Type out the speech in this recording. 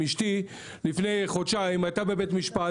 אשתי לפני חודשיים הייתה בבית משפט,